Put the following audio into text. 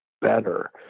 better